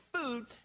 food